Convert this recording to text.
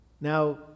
Now